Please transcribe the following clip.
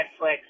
Netflix